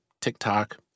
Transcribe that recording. TikTok